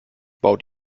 baut